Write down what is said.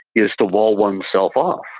is to wall oneself off,